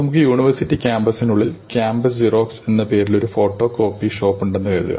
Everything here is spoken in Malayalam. നമുക്ക് യൂണിവേഴ്സിറ്റി കാമ്പസിനുള്ളിൽ ക്യാമ്പസ് സിറോക്സ് എന്ന പേരിൽ ഒരു ഫോട്ടോ കോപ്പി ഷോപ്പ് ഉണ്ടെന്ന് കരുതുക